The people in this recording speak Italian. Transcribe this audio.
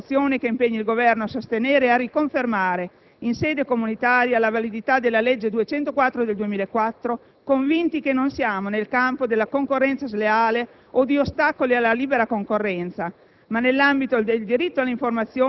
Per questo condividiamo i contenuti della mozione che impegna il Governo a sostenere e a riconfermare in sede comunitaria la validità della legge n. 204 del 2004, convinti che non siamo nel campo della concorrenza sleale o di ostacoli alla libera concorrenza,